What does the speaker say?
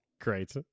Great